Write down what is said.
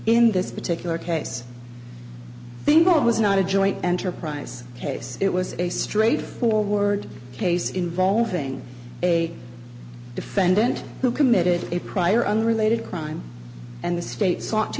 in this particular case think it was not a joint enterprise case it was a straightforward case involving a defendant who committed a prior unrelated crime and the state sought to